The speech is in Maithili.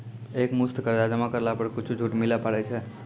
एक मुस्त कर्जा जमा करला पर कुछ छुट मिले पारे छै?